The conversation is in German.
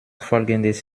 folgendes